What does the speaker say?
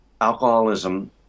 alcoholism